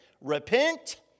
Repent